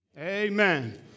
Amen